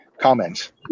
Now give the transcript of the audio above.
comments